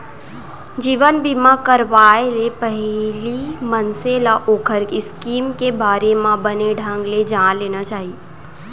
जीवन बीमा करवाय ले पहिली मनसे ल ओखर स्कीम के बारे म बने ढंग ले जान लेना चाही